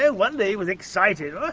no wonder he was excited.